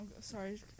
sorry